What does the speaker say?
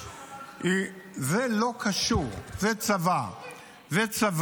זה לא קשור למערכת אחרת -- לא קשור?